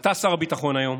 אתה שר הביטחון היום,